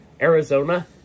Arizona